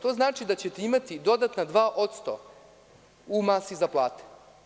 To znači da ćete imati dodatna 2% u masi za plate.